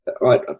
right